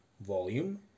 volume